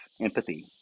empathy